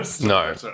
no